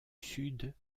sud